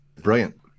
brilliant